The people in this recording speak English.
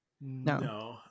No